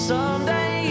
Someday